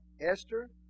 Esther